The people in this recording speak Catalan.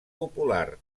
popular